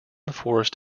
forced